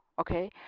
Okay